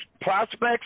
prospects